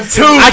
two